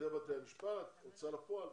עובדי בתי המשפט, הוצאה לפועל.